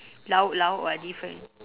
lauk lauk [what] different